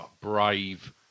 brave